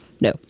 No